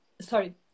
Sorry